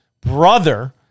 brother